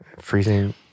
freezing